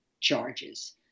charges